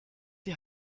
die